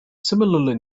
similarly